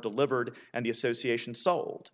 delivered and the association sold